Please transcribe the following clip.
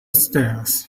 stairs